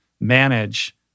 manage